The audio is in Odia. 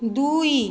ଦୁଇ